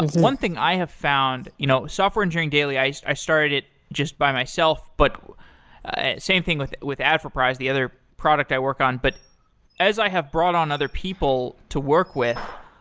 one thing i have found you know software engineering daily, i i started it just by myself, but same thing with with adforprize, the other product i work on. but as i have brought on other people to work with,